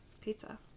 pizza